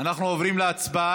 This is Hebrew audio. אנחנו עוברים להצבעה.